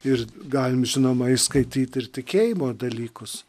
ir galim žinoma įskaityt ir tikėjimo dalykus